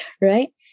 right